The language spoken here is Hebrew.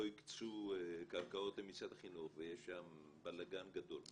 הקצו קרקעות למשרד החינוך ויש שם בלגן גדול מאוד.